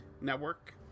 network